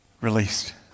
released